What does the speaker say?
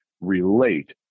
relate